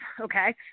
okay